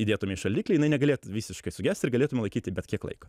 įdėtum į šaldiklį jinai negalėtų visiškai sugesti ir galėtume laikyti bet kiek laiko